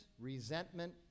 resentment